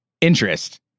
interest